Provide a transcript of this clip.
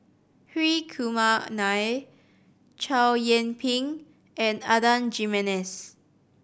Hri Kumar Nair Chow Yian Ping and Adan Jimenez